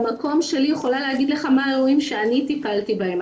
אני במקום שלי יכולה להגיד לך מה האירועים שאני טיפלתי בהם,